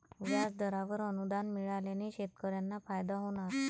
व्याजदरावर अनुदान मिळाल्याने शेतकऱ्यांना फायदा होणार